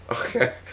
Okay